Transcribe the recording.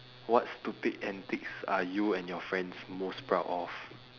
what stupid antics are you and your friends most proud of